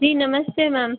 जी नमस्ते मैम